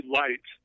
light